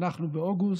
ואנחנו באוגוסט,